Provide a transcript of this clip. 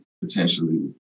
potentially